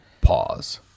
pause